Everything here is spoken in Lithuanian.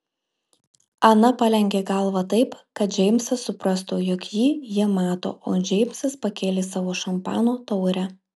ana palenkė galvą taip kad džeimsas suprastų jog jį ji mato o džeimsas pakėlė savo šampano taurę